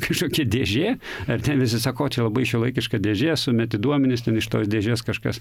kažkokia dėžė ar ten visi sako o čia labai šiuolaikiška dėžė sumeti duomenis ten iš tos dėžės kažkas